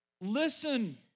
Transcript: listen